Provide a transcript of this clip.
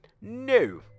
No